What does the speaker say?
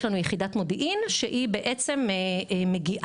יש לנו יחידת מודיעין שהיא בעצם מגיעה,